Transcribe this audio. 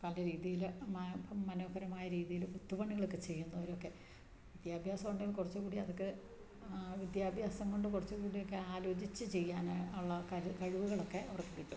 പല രീതിയില് മനോഹരമായ രീതിയില് കൊത്തുപണികളൊക്കെ ചെയ്യുന്നവരൊക്കെ വിദ്യാഭ്യാസം ഉണ്ടെങ്കിൽ കുറച്ചുകൂടി അതൊക്കെ വിദ്യാഭ്യാസംകൊണ്ട് കുറച്ചുകൂടിയൊക്കെ ആലോചിച്ച് ചെയ്യാനുള്ള കഴിവുകളൊക്കെ അവർക്കു കിട്ടും